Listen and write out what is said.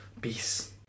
Peace